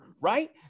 right